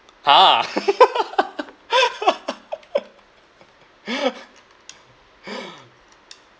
!huh!